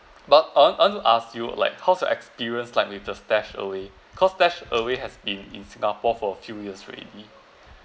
but I want I want ask you like how's your experience like with the StashAway cause StashAway has been in singapore for a few years already